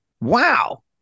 Wow